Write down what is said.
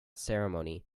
ceremony